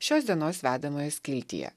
šios dienos vedamoje skiltyje